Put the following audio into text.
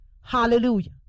Hallelujah